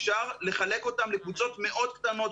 אפשר לחלק אותם לקבוצות מאוד קטנות,